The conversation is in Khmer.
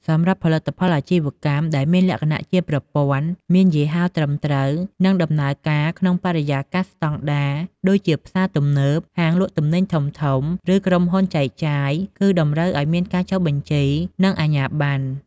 សម្រាប់ផលិតផលអាជីវកម្មដែលមានលក្ខណៈជាប្រព័ន្ធ មានយីហោត្រឹមត្រូវ និងដំណើរការក្នុងបរិយាកាសស្តង់ដារ ដូចជាផ្សារទំនើប ហាងលក់ទំនិញធំៗ ឬក្រុមហ៊ុនចែកចាយ គឺតម្រូវឱ្យមានការចុះបញ្ជី និងអាជ្ញាប័ណ្ណ។